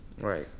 Right